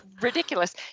ridiculous